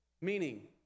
Meaning